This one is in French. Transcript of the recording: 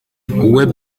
webb